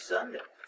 Sunday